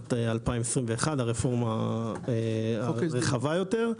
בשנת 2021, הרפורמה הרחבה יותר.